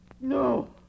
No